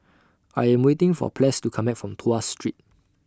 I Am waiting For Ples to Come Back from Tuas Street